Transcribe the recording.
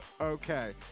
Okay